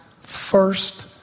first